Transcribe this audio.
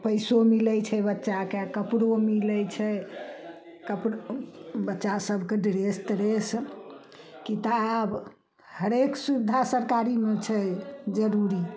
पैसो मिलै छै बच्चाके आ कपड़ो मिलै छै कप बच्चा सबके ड्रेस तरेस किताब हरेक सुबिधा सरकारीमे छै जरूरी